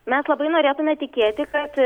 mes labai norėtume tikėti kad